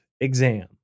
exam